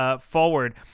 forward